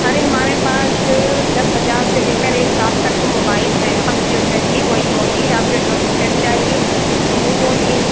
अरे हमारे पास दस हजार से लेकर एक लाख तक का मोबाइल है आप जो चाहिए वही बोलिए आप जो जो भी सेट चाहिए वो बोलिए